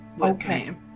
Okay